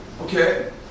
Okay